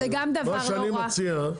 מה שאני מציע,